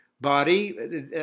body